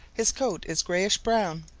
his coat is grayish-brown.